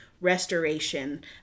restoration